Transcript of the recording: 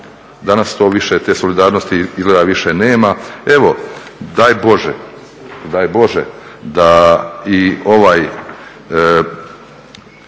više, te solidarnosti, izgleda više nema. Evo, daj Bože da i ova